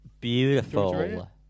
beautiful